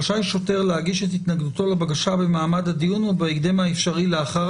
רשאי שוטר להגיש את התנגדותו לבקשה במעמד הדיון או בהקדם האפשרי לאחר